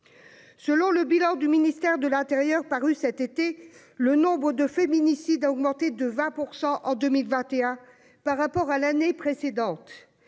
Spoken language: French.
Selon le bilan du ministère de l'intérieur paru cet été, le nombre de féminicides a augmenté de 20 % en 2021 par rapport à l'année précédente